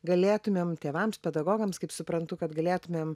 galėtumėm tėvams pedagogams kaip suprantu kad galėtumėm